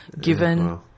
Given